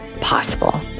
possible